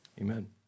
Amen